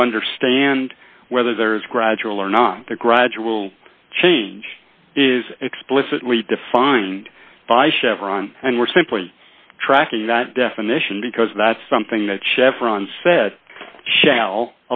to understand whether there is gradual or not the gradual change is explicitly defined by chevron and we're simply tracking that definition because that's something that chevron said shall